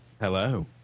Hello